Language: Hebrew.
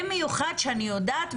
במיוחד שאני יודעת,